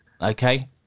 Okay